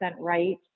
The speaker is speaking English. right